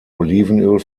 olivenöl